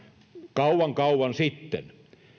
kauan kauan sitten